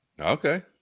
Okay